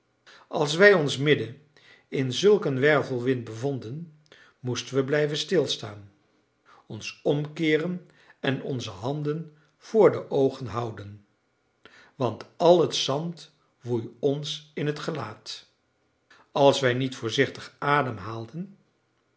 als wij ons midden in zulk een wervelwind bevonden moesten we blijven stilstaan ons omkeeren en onze handen voor de oogen houden want al het zand woei ons in het gelaat als wij niet voorzichtig ademhaalden